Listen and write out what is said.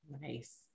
Nice